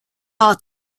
are